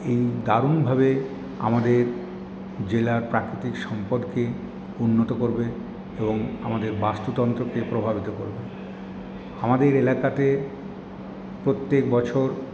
এই দারুনভাবে আমাদের জেলার প্রাকৃতিক সম্পদকে উন্নত করবে এবং আমাদের বাস্তুতন্ত্রকে প্রভাবিত করবে আমাদের এলাকাতে প্রত্যেক বছর